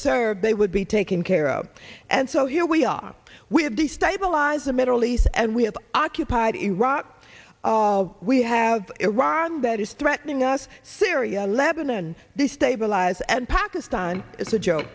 they would be taken care of and so here we are we have destabilized the middle east and we have occupied iraq all we have iran that is threatening us syria lebanon they stabilize and pakistan is a joke